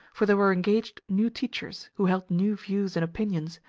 for there were engaged new teachers who held new views and opinions,